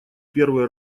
первые